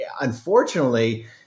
Unfortunately